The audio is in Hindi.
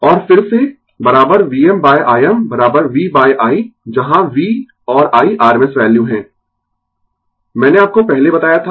और फिर से Vm Imv i जहां V और I rms वैल्यू है मैंने आपको पहले बताया था